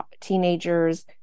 teenagers